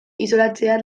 isolatzea